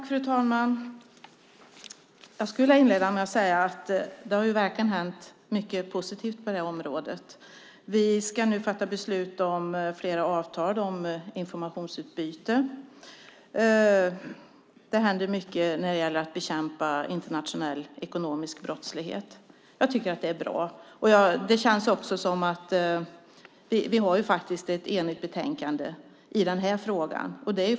Fru talman! Jag vill inleda med att säga att det verkligen har hänt mycket positivt på det här området. Vi ska nu fatta beslut om flera avtal om informationsutbyte. Det händer mycket när det gäller att bekämpa internationell ekonomisk brottslighet. Det är bra. Vi har ett enigt betänkande i den här frågan.